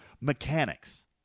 mechanics